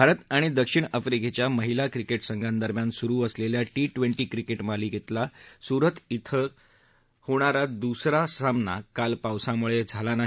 भारत आणि दक्षिण आफ्रिकेच्या महिला क्रिकेट संघादरम्यान सुरु असलेल्या टी ट्वेंटी क्रिकेट मालिकेतला सुरत इथं होणारा दुसरा सामना काल पावसामुळे झाला नाही